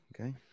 Okay